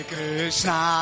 Krishna